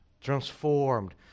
transformed